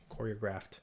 choreographed